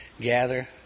gather